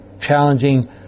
challenging